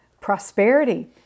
prosperity